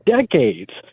decades